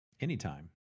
anytime